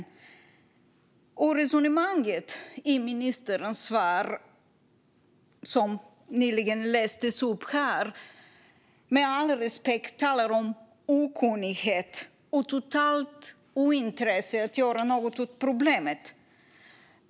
Med all respekt, resonemanget i ministerns interpellationssvar vittnar om okunnighet och totalt ointresse att göra något åt problemet.